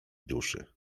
duszy